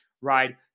right